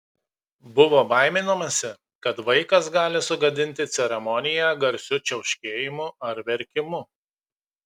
buvo baiminamasi kad vaikas gali sugadinti ceremoniją garsiu čiauškėjimu ar verkimu